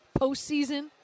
postseason